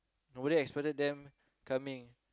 nobody expected them coming